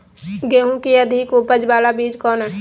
गेंहू की अधिक उपज बाला बीज कौन हैं?